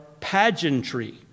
pageantry